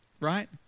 right